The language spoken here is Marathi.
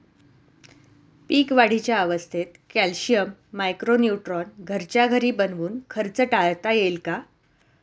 पीक वाढीच्या अवस्थेत कॅल्शियम, मायक्रो न्यूट्रॉन घरच्या घरी बनवून खर्च टाळता येईल का?